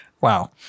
Wow